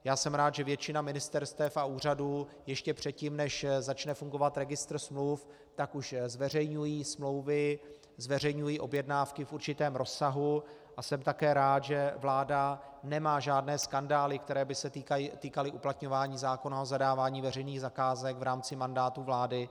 Já jsem rád, že většina ministerstev a úřadů ještě předtím, než začne fungovat registr smluv, tak už zveřejňují smlouvy, zveřejňují objednávky v určitém rozsahu, a jsem také rád, že vláda nemá žádné skandály, které by se týkaly uplatňování zákona o zadávání veřejných zakázek v rámci mandátu vlády.